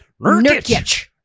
Nurkic